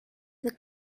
the